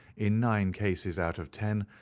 in nine cases out of ten,